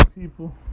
people